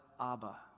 Abba